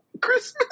Christmas